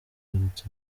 yagarutse